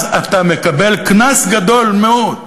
אז אתה מקבל קנס גדול מאוד.